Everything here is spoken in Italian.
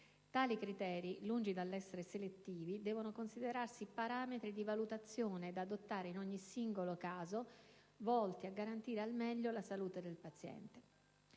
Tali criteri, lungi dall'essere selettivi, devono considerarsi parametri di valutazione da adottare in ogni singolo caso volti a garantire al meglio la salute del paziente.